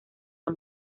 las